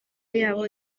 yabo